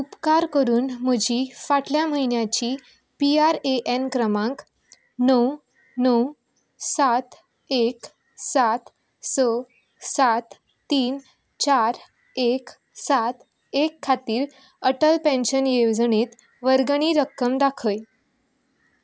उपकार करून म्हजी फाटल्या म्हयन्याची पी आर ए एन क्रमांक णव णव सात एक सात स सात तीन चार एक सात एक खातीर अटल पेन्शन येवजणेंत वर्गणी रक्कम दाखय